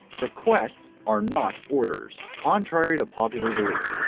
requests are not orders. contrary to popular belief,